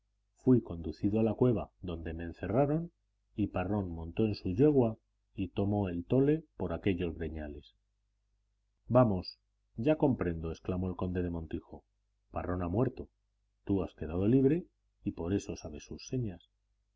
fui conducido a la cueva donde me encerraron y parrón montó en su yegua y tomó el tole por aquellos breñales vamos ya comprendo exclamó el conde del montijo parrón ha muerto tú has quedado libre y por eso sabes sus señas